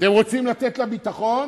אתם רוצים לתת לביטחון?